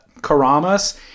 karamas